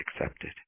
accepted